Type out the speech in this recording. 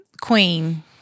queen